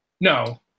no